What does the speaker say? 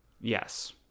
Yes